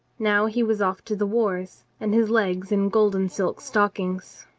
now he was off to the wars and his legs in golden silk stockings.